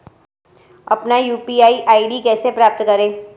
अपना UPI ID कैसे प्राप्त करें?